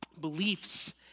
beliefs